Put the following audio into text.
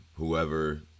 whoever